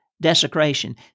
Desecration